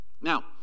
Now